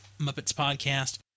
MuppetsPodcast